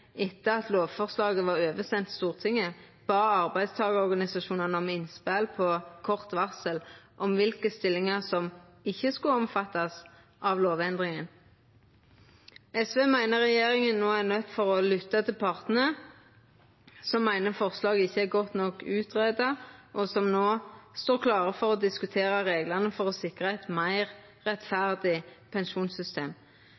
etter at lovforslaget var sendt over til Stortinget, bad arbeidstakarorganisasjonane om innspel på kort varsel om kva for stillingar som ikkje skulle omfattast av lovendringa. SV meiner at regjeringa no er nøydd til å lytta til partane som meiner at forslaget ikkje er godt nok utgreidd, og som no står klare til å diskutera reglane for å sikra eit meir